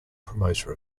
promoter